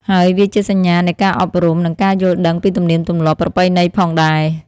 ហើយវាជាសញ្ញានៃការអប់រំនិងការយល់ដឹងពីទំនៀមទម្លាប់ប្រពៃណីផងដែរ។